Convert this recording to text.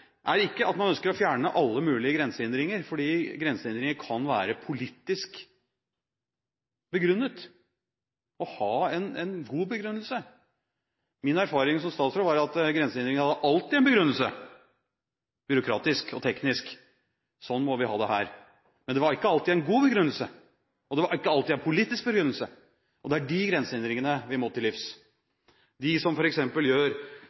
er ikke at man ønsker å fjerne alle mulige grensehindringer, for grensehindringer kan være politisk begrunnet, og ha en god begrunnelse. Min erfaring som statsråd var at grensehindringer hadde alltid en begrunnelse, byråkratisk og teknisk – sånn må vi ha det her – men det var ikke alltid en god begrunnelse, og det var ikke alltid en politisk begrunnelse. Det er de grensehindringene vi må til livs, de som f.eks. gjør